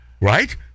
Right